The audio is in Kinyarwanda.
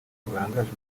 barangajwe